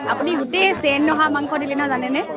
আপুনি গোটেই চেণ্ট অহা মাংস দিলে নহয় জানেনে